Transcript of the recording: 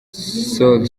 soul